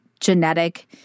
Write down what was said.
genetic